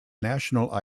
national